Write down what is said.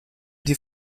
die